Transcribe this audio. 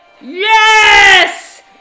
Yes